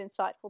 insightful